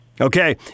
Okay